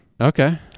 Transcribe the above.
Okay